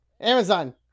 Amazon